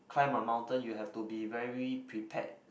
climb a mountain you have to be very prepared